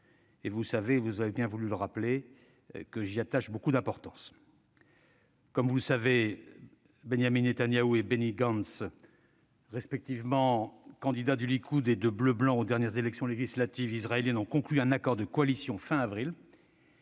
Vous savez, vous l'avez rappelé, que j'y attache beaucoup d'importance. Comme vous le savez, Benyamin Netanyahou et Benny Gantz, respectivement candidats du Likoud et de Bleu Blanc aux dernières élections législatives israéliennes, ont conclu un accord de coalition fin avril,